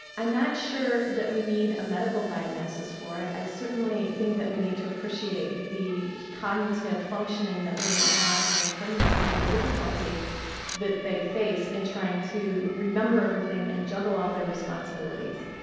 i'm not sure that we need a medical diagnosis for it, i certainly think that we need to appreciate the cognitive functioning that women have during pregnancy and the difficulty that they face in trying to remember everything and juggle all their responsibilities.